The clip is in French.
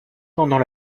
pendant